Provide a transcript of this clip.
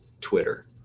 Twitter